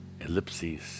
ellipses